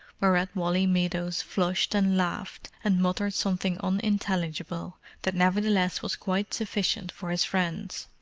whereat wally meadows flushed and laughed, and muttered something unintelligible that nevertheless was quite sufficient for his friends.